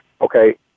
okay